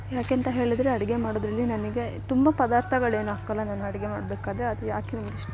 ಯಾಕೆಂತ ಹೇಳಿದರೆ ಅಡಿಗೆ ಮಾಡೋದರಲ್ಲಿ ನನಗೆ ತುಂಬ ಪದಾರ್ಥಗಳೇನ್ ಹಾಕೋಲ್ಲ ನಾನು ಅಡಿಗೆ ಮಾಡಬೇಕಾದ್ರೆ ಅದು ಯಾಕೆ ನಂಗೆ ಇಷ್ಟು